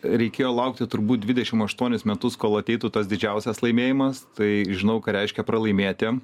reikėjo laukti turbūt dvidešimt aštuonis metus kol ateitų tas didžiausias laimėjimas tai žinau ką reiškia pralaimėti